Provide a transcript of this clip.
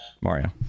Mario